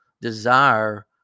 desire